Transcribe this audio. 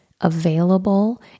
available